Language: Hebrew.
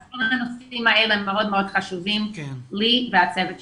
כל הנושאים האלה מאוד מאוד חשובים לי ולצוות שלי.